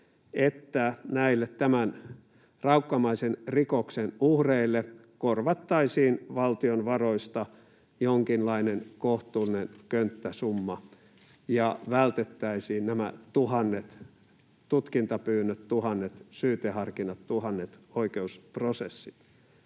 että näille tämän raukkamaisen rikoksen uhreille korvattaisiin valtion varoista jonkinlainen kohtuullinen könttäsumma ja vältettäisiin nämä tuhannet tutkintapyynnöt, tuhannet syyteharkinnat, tuhannet oikeusprosessit.